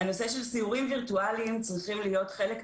סיורים וירטואליים משולבים